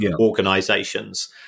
organizations